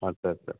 আচ্ছা আচ্ছা